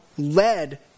led